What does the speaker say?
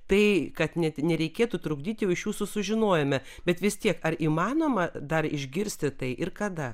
tai kad net nereikėtų trukdyti jau iš jūsų sužinojome bet vis tiek ar įmanoma dar išgirsti tai ir kada